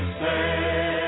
say